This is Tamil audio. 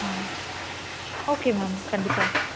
ஆ ஓகே மேம் கண்டிப்பாக